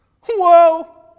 Whoa